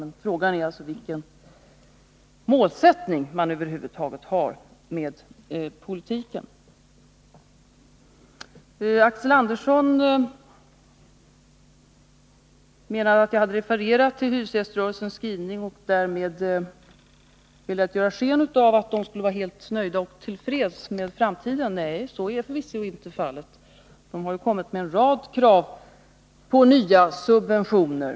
Men frågan är alltså vilken målsättning man över huvud taget har med politiken. Axel Andersson menar att jag hade refererat till hyresgäströrelsens skrivning och därmed hade velat ge sken av att man där skulle vara nöjd och till freds med framtiden. Nej, så är bevisligen inte fallet. Hyresgäströrelsen har kommit med en rad krav på nya subventioner.